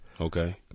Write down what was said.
Okay